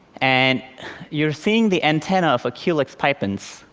and you're seeing the antenna of a culex pipiens.